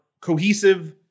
cohesive